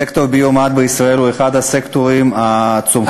סקטור הביו-מד בישראל הוא אחד הסקטורים הצומחים,